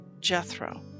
Jethro